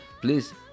please